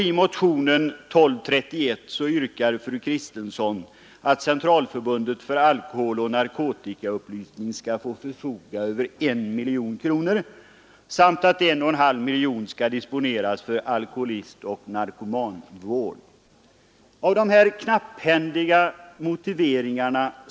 I motionen 1231 yrkar fru Kristensson att riksdagen avslår Kungl. Maj:ts förslag om anvisning av 2,5 miljoner kronor till Upplysning om alkoholoch narkotikaproblemen.